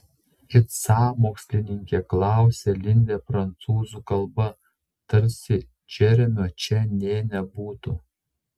it sąmokslininkė klausia lindė prancūzų kalba tarsi džeremio čia nė nebūtų